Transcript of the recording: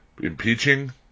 impeaching